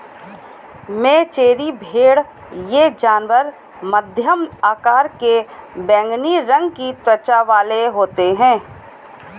मेचेरी भेड़ ये जानवर मध्यम आकार के बैंगनी रंग की त्वचा वाले होते हैं